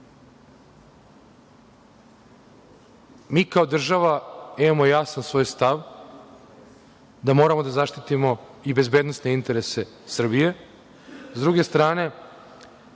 Mi kao država imamo jasan svoj stav da moramo da zaštitimo i bezbednosne interese Srbije, a sa druge strane,